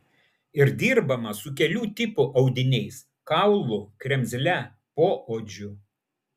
ir dirbama su kelių tipų audiniais kaulu kremzle poodžiu